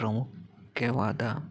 ಪ್ರಾಮುಖ್ಯವಾದ